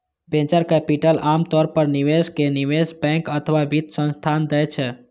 venture capital आम तौर पर निवेशक, निवेश बैंक अथवा वित्त संस्थान दै छै